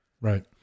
right